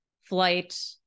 flight